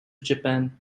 japan